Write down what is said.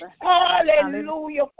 Hallelujah